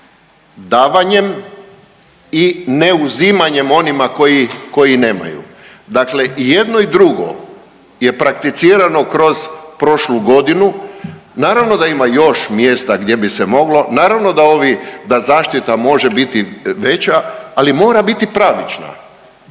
davanjem i ne uzimanjem onima koji nemaju. Dakle i jedno i drugo je prakticirano kroz prošlu godinu. Naravno da ima još mjesta gdje bi se moglo. Naravno da ovi, da zaštita može biti veća, ali mora biti pravična,